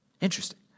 Interesting